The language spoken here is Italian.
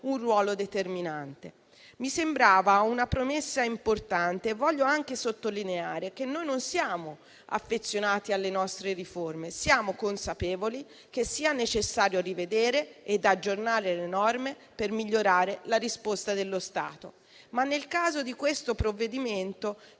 un ruolo determinante. Mi sembrava una premessa importante e desidero anche sottolineare che noi non siamo affezionati alle nostre riforme; siamo consapevoli che sia necessario rivedere ed aggiornare le norme per migliorare la risposta dello Stato. Tuttavia, nel caso di questo provvedimento